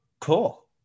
cool